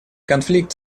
конфликт